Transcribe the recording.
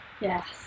yes